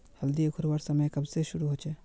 हल्दी उखरवार समय कब से शुरू होचए?